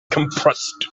compressed